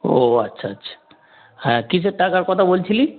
ও আচ্ছা আচ্ছা হ্যাঁ কীসের টাকার কথা বলছিলিস